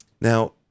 Now